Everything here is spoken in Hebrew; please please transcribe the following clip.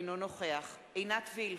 אינו נוכח עינת וילף,